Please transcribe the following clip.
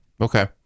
Okay